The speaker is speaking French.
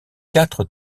quatre